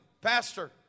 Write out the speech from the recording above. Pastor